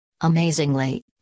Amazingly